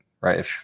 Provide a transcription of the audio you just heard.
right